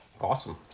awesome